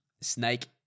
Snake